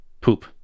poop